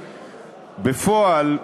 בפועל,